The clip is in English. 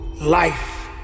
life